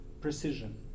precision